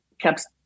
kept